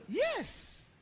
Yes